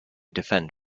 defend